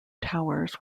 towers